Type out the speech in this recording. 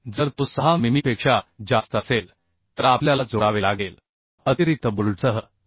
जर तो 6 मिमीपेक्षा जास्त असेल तर आपल्याला अतिरिक्त बोल्टसहजोडावे लागेल